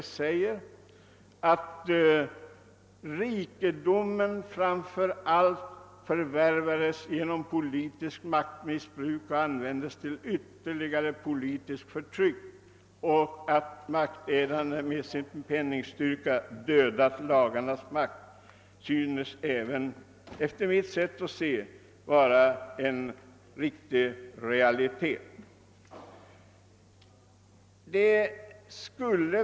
Denne uttalade nämligen »att rikedomen framför allt förvärvades genom politiskt maktmissbruk och användes till ytterligare politiskt förtryck och att maktägande med sin penningstyrka dödat lagarnas makt synes även i dag vara en rättslig realitet».